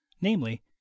namely